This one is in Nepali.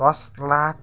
दस लाख